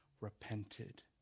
repented